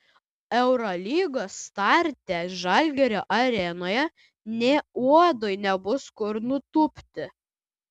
eurolygos starte žalgirio arenoje nė uodui nebus kur nutūpti